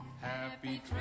Happy